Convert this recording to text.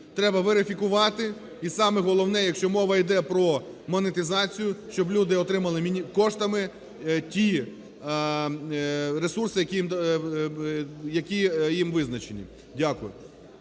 требаверифікувати, і, саме головне, якщо мова йде про монетизацію, щоб люди отримали коштами ті ресурси, які їм визначені. Дякую.